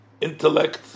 intellect